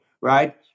right